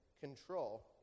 control